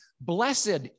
blessed